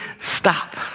stop